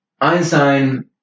Einstein